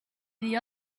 the